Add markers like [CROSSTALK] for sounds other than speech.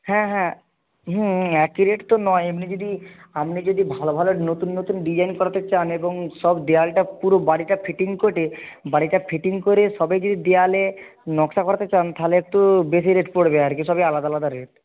হ্যাঁ হ্যাঁ হুম হুম একই রেট তো নয় এমনি যদি আপনি যদি ভালো ভালো নতুন নতুন ডিজাইন করাতে চান এবং সব দেওয়ালটা পুরো বাড়িটা ফিটিং [UNINTELLIGIBLE] বাড়িটা ফিটিং করে সবেরই দেওয়ালে নকশা করাতে চান তাহলে একটু বেশি রেট পড়বে আর কি সবই আলাদা আলাদা রেট